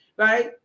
Right